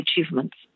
achievements